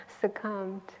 succumbed